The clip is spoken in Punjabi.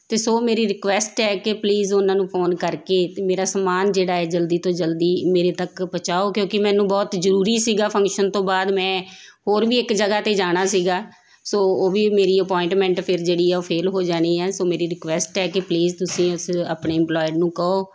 ਅਤੇ ਸੋ ਮੇਰੀ ਰਿਕੁਐਸਟ ਹੈ ਕਿ ਪਲੀਜ਼ ਉਹਨਾਂ ਨੂੰ ਫੋਨ ਕਰਕੇ ਅਤੇ ਮੇਰਾ ਸਮਾਨ ਜਿਹੜਾ ਹੈ ਜਲਦੀ ਤੋਂ ਜਲਦੀ ਮੇਰੇ ਤੱਕ ਪਹੁੰਚਾਉ ਕਿਉਂਕਿ ਮੈਨੂੰ ਬਹੁਤ ਜ਼ਰੂਰੀ ਸੀਗਾ ਫੰਕਸ਼ਨ ਤੋਂ ਬਾਅਦ ਮੈਂ ਹੋਰ ਵੀ ਇੱਕ ਜਗ੍ਹਾ 'ਤੇ ਜਾਣਾ ਸੀਗਾ ਸੋ ਉਹ ਵੀ ਮੇਰੀ ਅਪੋਆਇੰਟਮੈਂਟ ਫਿਰ ਜਿਹੜੀ ਆ ਉਹ ਫੇਲ ਹੋ ਜਾਣੀ ਹੈ ਸੋ ਮੇਰੀ ਰਿਕੁਐਸਟ ਹੈ ਕਿ ਪਲੀਜ਼ ਤੁਸੀਂ ਉਸ ਆਪਣੇ ਇੰਪਲੋਇਡ ਨੂੰ ਕਹੋ